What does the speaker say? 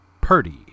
Purdy